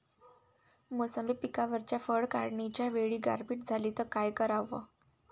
मोसंबी पिकावरच्या फळं काढनीच्या वेळी गारपीट झाली त काय कराव?